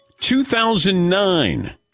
2009